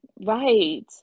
Right